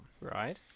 Right